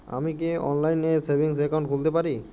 আমি কি অনলাইন এ সেভিংস অ্যাকাউন্ট খুলতে পারি?